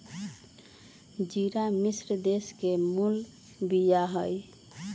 ज़िरा मिश्र देश के मूल बिया हइ